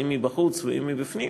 אם מבחוץ ואם מבפנים,